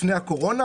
לפני הקורונה,